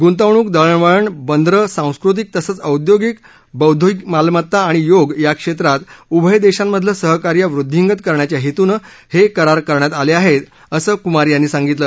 गुंतवणूक दळणवळण बंदरं सांस्कृतिक तसंच औद्योगिक बौद्धिक मालमता आणि योग या क्षेत्रांत उभय देशांमधलं सहकार्य वृदधींगत करण्याच्या हेतून हे करार करण्यात आले आहेत असं क्मार यांनी सांगितलं